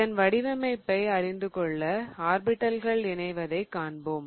இதன் வடிவமைப்பை அறிந்துகொள்ள ஆர்பிடல்கள் இணைவதை காண்போம்